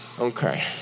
Okay